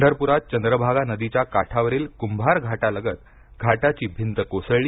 पंढरपुरात चंद्रभागा नदीच्या काठावरील कुंभार घाटालगत घाटाची भिंत कोसळली